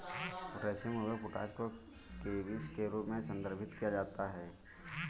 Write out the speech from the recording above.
potassium उर्वरक potash को केबीस के रूप में संदर्भित किया जाता है